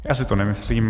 Já si to nemyslím.